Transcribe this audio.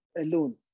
alone